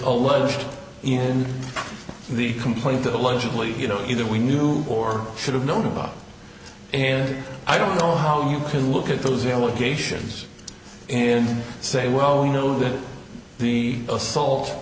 alleged in the complaint that allegedly you know either we knew or should have known about and i don't know how you can look at those allegations in say well we know that the